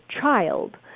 child